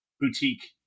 Boutique